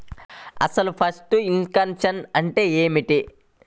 అసలు pest infection అంటే ఏమిటి?